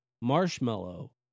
Marshmallow